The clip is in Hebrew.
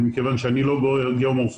מכיוון שאני לא גיאו-מורפולוג,